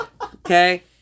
Okay